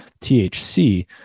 THC